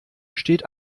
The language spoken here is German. steht